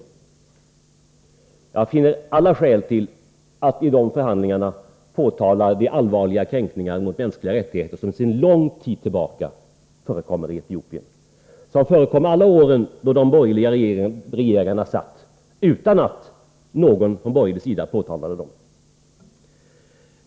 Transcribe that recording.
Jag finner alla skäl tala för att man i de förhandlingarna skall påtala de allvarliga kränkningar mot mänskliga rättigheter som sedan lång tid tillbaka förekommer i Etiopien och som förekom under alla de år då de borgerliga var i regeringsställning, utan att någon från borgerligt håll påtalade dem.